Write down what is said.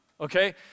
okay